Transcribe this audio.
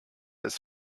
ist